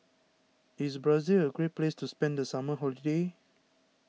is Brazil a great place to spend the summer holiday